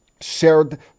shared